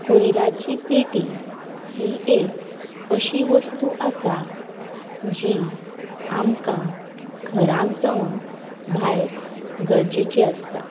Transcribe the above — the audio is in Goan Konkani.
कोयराची पेटी ही एक अशी वस्तू आसा जी आमकां घराक जावूं भायर गरजेची आसता